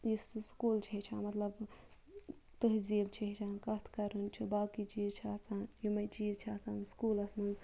یُس أسۍ سکوٗل چھِ ہیٚچھان مَطلَب تہزیٖب چھِ ہیٚچھان کَتھ کَرُن چھُ باقٕے چیٖز چھِ آسان یِمے چیٖز چھِ آسان سکوٗلَس مَنٛز